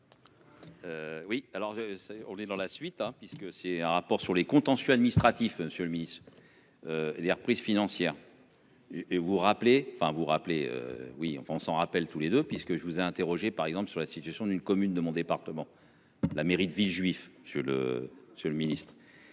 je sais, on est dans la suite hein, puisque c'est un rapport sur les contentieux administratif. Monsieur le Ministre. Des reprises financière. Et vous rappeler enfin vous rappeler oui enfin on s'en rappelle tous les deux, puisque je vous ai interrogé par exemple sur la situation d'une commune de mon département, la mairie de Villejuif je le seul le ministre.